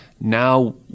Now